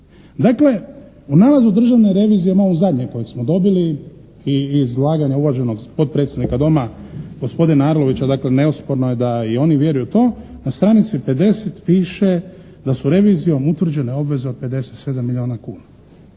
Dakle u nalazu Državne revizije, u ovom zadnjem koje smo dobili i iz izlaganja uvaženog potpredsjednika Doma, gospodina Arlovića, dakle neosporno je da i on vjeruje u to, na stranici 50 piše da su revizijom utvrđene obveze od 57 milijuna kuna.